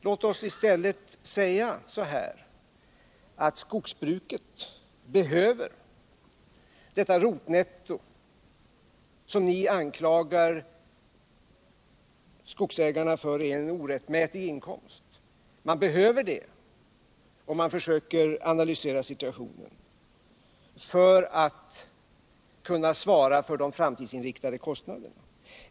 Kan vi inte i stället ena oss om att skogsbruket behöver detta rotnetto, som ni nu säger ger skogsägarna en orättmätig inkomst? Om man försöker analysera situationen finner man nämligen att skogsägarna behöver det för att kunna svara för de framtidsinriktade investeringarna.